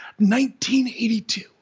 1982